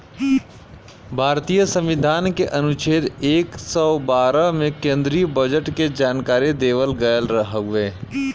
भारतीय संविधान के अनुच्छेद एक सौ बारह में केन्द्रीय बजट के जानकारी देवल गयल हउवे